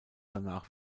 danach